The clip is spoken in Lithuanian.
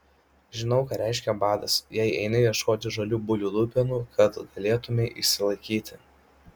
žinau ką reiškia badas jei eini ieškoti žalių bulvių lupenų kad galėtumei išsilaikyti